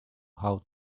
how